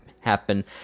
happen